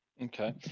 Okay